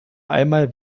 einmal